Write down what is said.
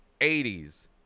80s